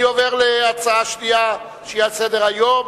אני עובר להצעה השנייה על סדר-היום